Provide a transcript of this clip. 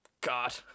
God